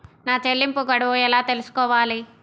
నా చెల్లింపు గడువు ఎలా తెలుసుకోవాలి?